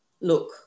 Look